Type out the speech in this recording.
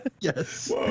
Yes